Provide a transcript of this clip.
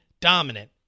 dominant